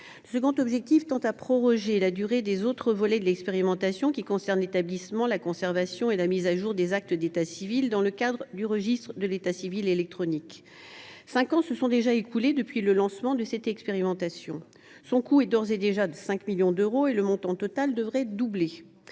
Le second objectif tend à proroger la durée de ses autres volets, qui concernent l’établissement, la conservation et la mise à jour des actes d’état civil dans le cadre du registre électronique. Cinq ans se sont déjà écoulés depuis le lancement de cette expérimentation ; son coût est d’ores et déjà de 5 millions d’euros et le montant total devrait doubler.